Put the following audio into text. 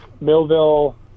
Millville